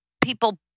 people